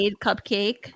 cupcake